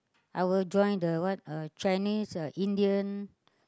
I will join the what uh Chinese uh Indian